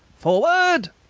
forward!